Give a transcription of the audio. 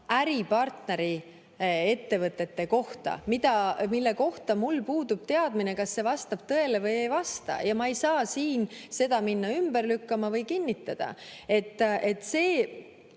äripartneri ettevõtete kohta, mille kohta mul puudub teadmine, kas see vastab tõele või ei vasta. Ma ei saa siin seda ümber lükata või kinnitada. Ma saan